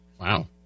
Wow